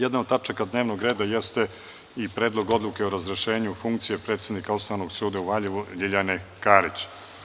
Jedna od tačaka dnevnog reda jeste i Predlog odluke o razrešenju funkcije predsednika Osnovnog suda u Valjevu, Ljiljan Karić.